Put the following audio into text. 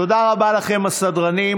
תודה רבה לכם הסדרנים,